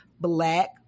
black